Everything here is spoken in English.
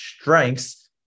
strengths